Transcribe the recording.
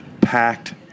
packed